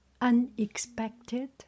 unexpected